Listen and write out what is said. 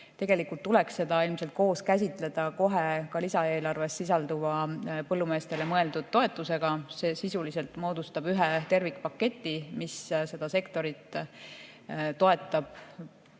siis tuleks seda ilmselt koos käsitleda lisaeelarves sisalduva põllumeestele mõeldud toetusega. See sisuliselt moodustab ühe tervikpaketi, mis toetab